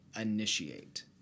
initiate